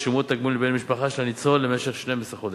ישולמו התגמולים לבן משפחה של הניצול למשך 12 חודשים,